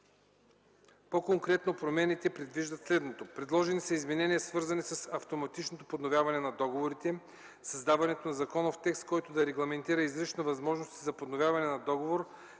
По-конкретно промените предвиждат следното: Предложени са измененията, свързани с автоматичното подновяване на договорите. Създаването на законов текст, който да регламентира изрично възможностите за подновяване на договор,